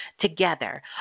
together